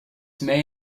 may